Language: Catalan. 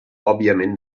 òbviament